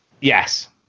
Yes